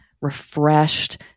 refreshed